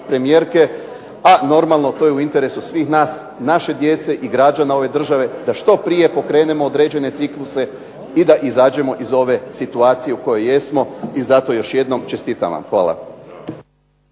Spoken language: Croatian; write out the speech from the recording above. premijerke, a normalno to je u interesu svih nas, naše djece i građana ove države da što prije pokrenemo određene cikluse i da izađemo iz ove situacije u kojoj jesmo i zato još jednom čestitam vam. Hvala.